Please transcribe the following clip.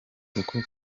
kuko